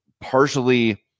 partially